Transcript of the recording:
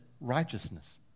righteousness